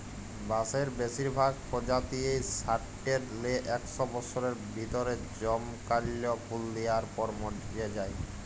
বাঁসের বেসিরভাগ পজাতিয়েই সাট্যের লে একস বসরের ভিতরে জমকাল্যা ফুল দিয়ার পর মর্যে যায়